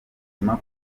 emma